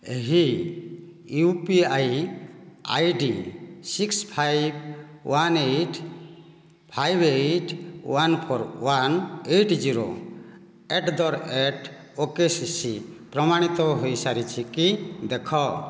ଏହି U P I ID six five one eight five eight one four one eight zero at the rate okay ସି ସି ପ୍ରମାଣିତ ହୋଇସାରିଛି କି ଦେଖ